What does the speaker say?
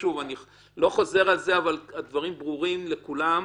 אני לא חוזר, הדברים ברורים לכולם,